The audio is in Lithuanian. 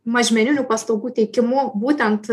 mažmeninių paslaugų teikimu būtent